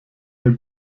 der